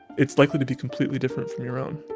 it's likely to be completely different from your own